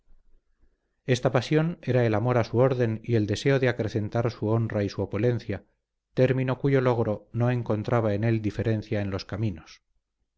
esta pasión era el amor a su orden y el deseo de acrecentar su honra y su opulencia término cuyo logro no encontraba en él diferencia en los caminos